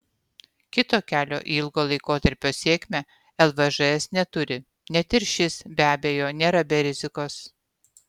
kito kelio į ilgo laikotarpio sėkmę lvžs neturi net ir šis be abejo nėra be rizikos